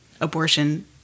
abortion